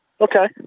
Okay